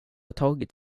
tagit